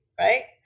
Right